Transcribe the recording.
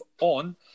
on